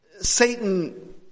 Satan